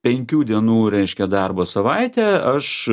penkių dienų reiškia darbo savaitę aš